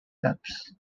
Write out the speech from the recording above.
gaps